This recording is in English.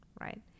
right